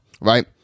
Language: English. right